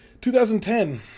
2010